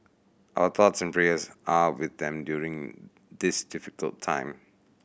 our thoughts and prayers are with them during this difficult time